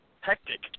hectic